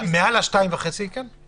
מעל ה-2.5 מיליון כן.